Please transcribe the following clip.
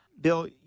Bill